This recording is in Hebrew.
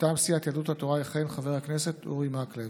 מטעם סיעת יהדות התורה יכהן חבר הכנסת אורי מקלב,